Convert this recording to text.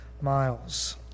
miles